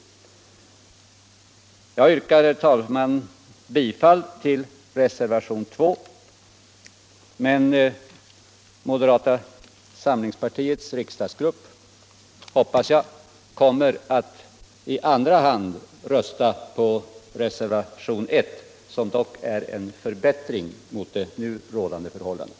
anställd läkare med Jag yrkar, herr talman, bifall till reservation 2, men jag hoppas att — privatpraktik att moderata samlingspartiets riksdagsgrupp i andra hand kommer att rösta — ansluta sig till på reservation 1, som dock är en förbättring jämfört med det nu rådande = Sjukförsäkringen